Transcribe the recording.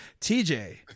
TJ